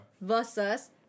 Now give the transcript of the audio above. versus